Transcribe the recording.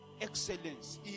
Excellence